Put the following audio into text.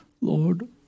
Lord